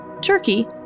turkey